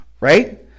right